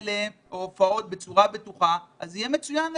אליהן בצורה בטוחה זה יהיה מצוין לכולם.